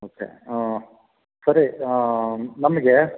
okay ಸರಿ ನಮಗೆ